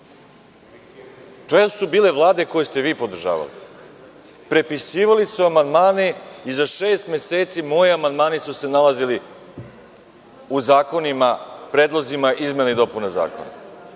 To su bile vlade koje ste vi podržavali. Prepisivali su amandmane i za šest meseci moji amandmani su se nalazili u zakonima, u predlozima izmena i dopuna zakona. Bilo